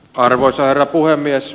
arvoisa herra puhemies